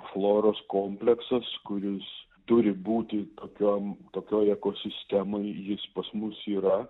floros kompleksas kuris turi būti tokiam tokioj ekosistemoj jis pas mus yra